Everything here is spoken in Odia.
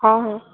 ହଁ ହଁ